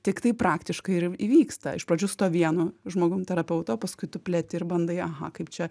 tiktai praktiškai ir įvyksta iš pradžių su tuo vienu žmogum terapeutu o paskui tu pleti ir bandai aha kaip čia